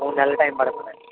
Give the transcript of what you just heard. మూడు నెలలు టైం పడుతుందండి